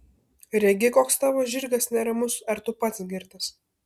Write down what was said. regi koks tavo žirgas neramus ar tu pats girtas